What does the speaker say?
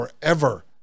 forever